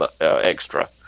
extra